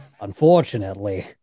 unfortunately